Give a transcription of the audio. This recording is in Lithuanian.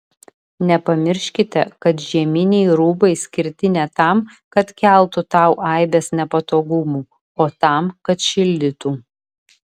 nepamirškite kad žieminiai rūbai skirti ne tam kad keltų tau aibes nepatogumų o tam kad šildytų